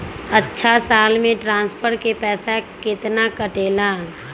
अछा साल मे ट्रांसफर के पैसा केतना कटेला?